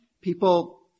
People